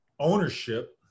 Ownership